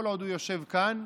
כל עוד הוא יושב כאן,